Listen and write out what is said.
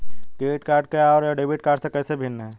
Credit card क्या है और यह डेबिट कार्ड से कैसे भिन्न है?